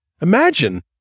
Imagine